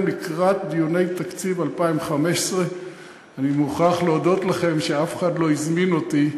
לקראת דיוני תקציב 2015. אני מוכרח להודות לכם שאף אחד לא הזמין אותי,